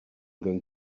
going